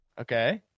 Okay